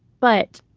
but,